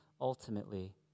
ultimately